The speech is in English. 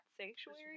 sanctuary